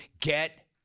get